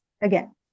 again